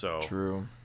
True